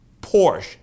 Porsche